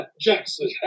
Jackson